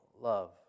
love